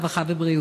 הרווחה והבריאות.